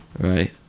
Right